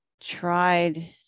tried